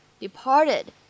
departed